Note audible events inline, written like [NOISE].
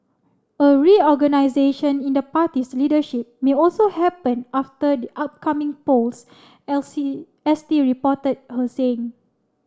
a reorganisation in the party's leadership may also happen after the upcoming polls [UNINTELLIGIBLE] S T reported her saying